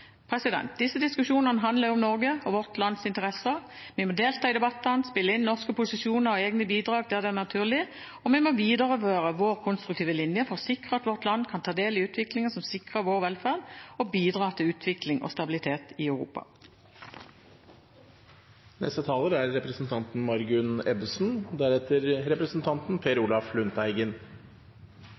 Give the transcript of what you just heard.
Disse diskusjonene handler om Norge og vårt lands interesser. Vi må delta i debattene, spille inn norske posisjoner og egne bidrag der det er naturlig. Vi må videreføre vår konstruktive linje for å sikre at vårt land kan ta del i en utvikling som sikrer vår velferd og bidrar til utvikling og stabilitet i Europa. Det er